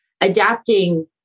adapting